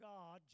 God